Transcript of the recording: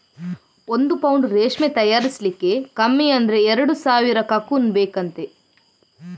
ಒಂದು ಪೌಂಡು ರೇಷ್ಮೆ ತಯಾರಿಸ್ಲಿಕ್ಕೆ ಕಮ್ಮಿ ಅಂದ್ರೆ ಎರಡು ಸಾವಿರ ಕಕೂನ್ ಬೇಕಂತೆ